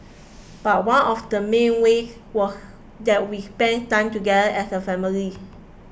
but one of the main ways was that we spent time together as a family